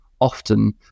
often